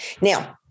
Now